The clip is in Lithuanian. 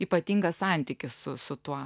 ypatingas santykis su su tuo